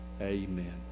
Amen